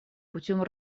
путем